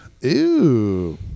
Ew